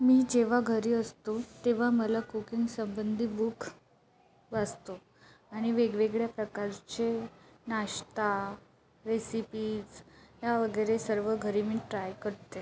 मी जेव्हा घरी असतो तेव्हा मला कुकिंगसंबंधी बुक वाचतो आणि वेगवेगळ्या प्रकारचे नाश्ता रेसिपीज या वगैरे सर्व घरी मी ट्राय करते